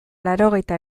laurogeita